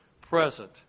present